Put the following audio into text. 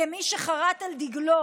כמי שחרת על דגלו